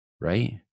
Right